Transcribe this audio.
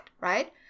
right